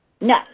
No